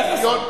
זה החסם.